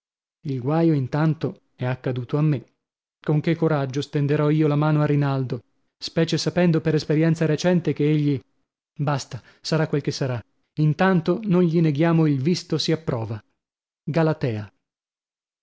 il guaio intanto è accaduto a me con che coraggio stenderò io la mano a rinaldo specie sapendo per esperienza recente che egli basta sarà quel che sarà intanto non gli neghiamo il visto si approva galatea